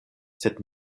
sed